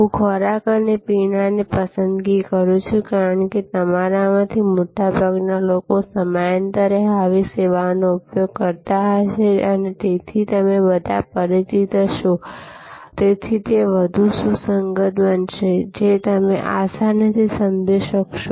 હું ખોરાક અને પીણા પસંદ કરું છું કારણ કે તમારામાંથી મોટાભાગના લોકો સમયાંતરે આવી સેવાનો ઉપયોગ કરતા હશે અને તેથી તમે બધા પરિચિત હશો તેથી તે વધુ સુસંગત બનશેજે તમે આસાની થી સમજી શકસો